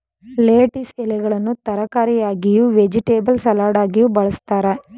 lettuce ಎಲೆಗಳನ್ನು ತರಕಾರಿಯಾಗಿಯೂ, vegetable ಸಲಡಾಗಿಯೂ ಬಳ್ಸತ್ತರೆ